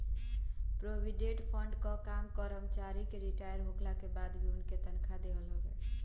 provident fund कअ काम करमचारिन के रिटायर होखला के बाद भी उनके तनखा देहल हवे